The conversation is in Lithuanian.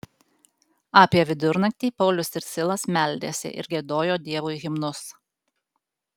apie vidurnaktį paulius ir silas meldėsi ir giedojo dievui himnus